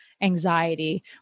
anxiety